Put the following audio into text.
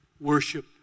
worship